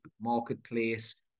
Marketplace